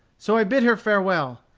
so i bid her farewell,